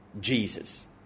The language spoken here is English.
Jesus